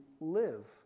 live